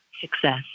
success